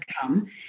come